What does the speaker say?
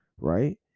right